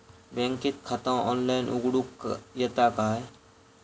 बँकेत खाता ऑनलाइन उघडूक येता काय?